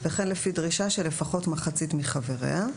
וכן לפי דרישה של לפחות מחצית מחבריה.